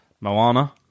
Moana